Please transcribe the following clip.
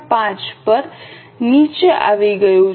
5 પર નીચે આવી ગયું છે